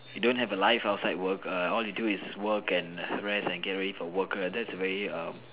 you don't have a life outside work err all you do is work and rest and get ready for work that's a very um